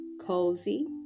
cozy